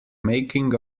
making